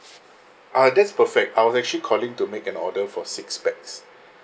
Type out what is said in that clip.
uh that's perfect I was actually calling to make an order for six pax